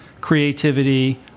creativity